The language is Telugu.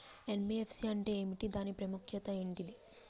ఎన్.బి.ఎఫ్.సి అంటే ఏమిటి దాని ప్రాముఖ్యత ఏంటిది?